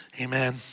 Amen